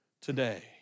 today